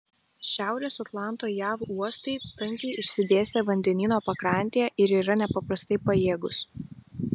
šiaurės atlanto jav uostai tankiai išsidėstę vandenyno pakrantėje ir yra nepaprastai pajėgūs